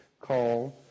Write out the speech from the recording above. called